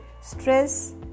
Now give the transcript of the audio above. Stress